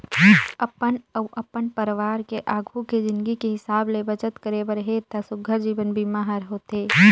अपन अउ अपन परवार के आघू के जिनगी के हिसाब ले बचत करे बर हे त सुग्घर जीवन बीमा हर होथे